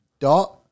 dot